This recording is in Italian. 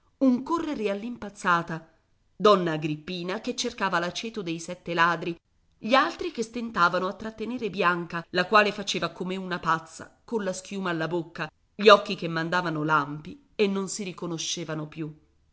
un correre all'impazzata donna agrippina che cercava l'aceto dei sette ladri gli altri che stentavano a trattenere bianca la quale faceva come una pazza con la schiuma alla bocca gli occhi che mandavano lampi e non si riconoscevano più